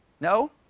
No